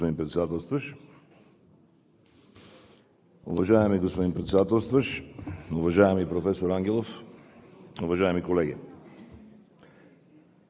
господин Председателстващ. Уважаеми господин Председателстващ, уважаеми професор Ангелов, уважаеми колеги!